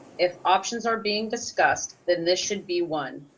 if options are being discussed, then this should be one.